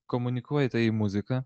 komunikuoji tai į muziką